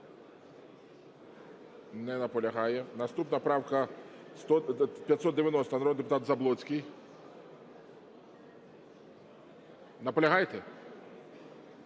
Не наполягає. Наступна правка 590, народний депутат Заблоцький. Наполягаєте?